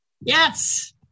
Yes